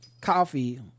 coffee